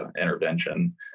intervention